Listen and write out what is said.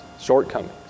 shortcomings